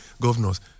governors